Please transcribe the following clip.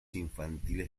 infantiles